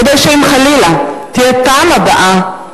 כדי שאם חלילה תהיה פעם הבאה,